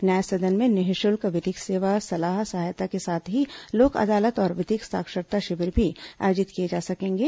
न्याय सदन में निःशल्क विधिक सेवा सलाह सहायता के साथ ही लोक अदालत और विधिक साक्षरता शिविर भी आयोजित किए जा सकेंगे